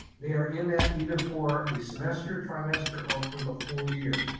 they are in that either for a semester, trimester, or for the whole year.